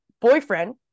boyfriend